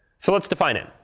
so let's define it.